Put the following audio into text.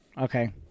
Okay